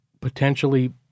potentially